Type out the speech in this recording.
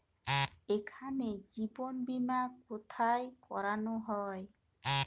এখানে জীবন বীমা কোথায় করানো হয়?